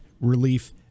relief